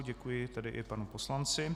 Děkuji tedy i panu poslanci.